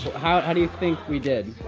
how do you think we did?